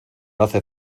hace